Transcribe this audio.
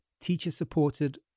teacher-supported